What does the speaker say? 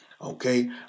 okay